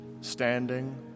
standing